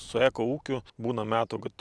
su eko ūkiu būna metų kad